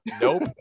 nope